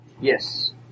Yes